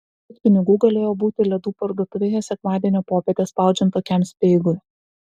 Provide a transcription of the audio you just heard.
kiek pinigų galėjo būti ledų parduotuvėje sekmadienio popietę spaudžiant tokiam speigui